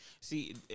See